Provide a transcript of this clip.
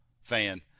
fan